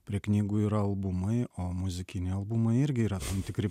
prie knygų yra albumai o muzikiniai albumai irgi yra tam tikri